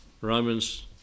Romans